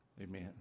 Amen